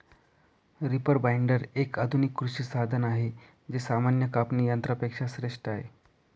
reaper binder, एक आधुनिक कृषी साधन आहे जे सामान्य कापणी यंत्रा पेक्षा श्रेष्ठ आहे